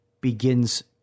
begins